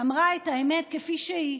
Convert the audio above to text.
ואמרה את האמת כפי שהיא.